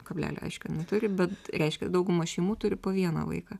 kablelio aišku neturi bet reiškia dauguma šeimų turi po vieną vaiką